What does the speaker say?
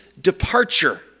departure